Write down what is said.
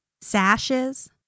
sashes